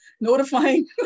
notifying